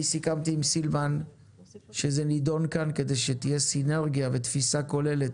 אני סיכמתי עם סילמן שזה נדון כאן כדי שתהיה סינרגיה ותפיסה כוללת